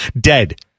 Dead